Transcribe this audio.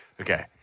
okay